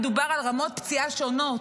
מדובר על רמות פציעה שונות,